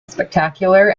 spectacular